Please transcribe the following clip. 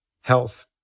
health